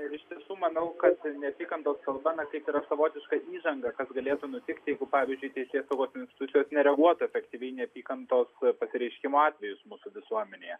ir iš tiesų manau kad neapykantos kalba na kaip yra savotiška įžanga kas galėtų nutikti jeigu pavyzdžiui teisėsaugos institucijos nereaguotų efektyviai į neapykantos pasireiškimo atvejus mūsų visuomenėje